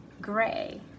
gray